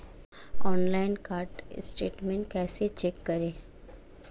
Online card statement कैसे check करें?